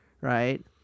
right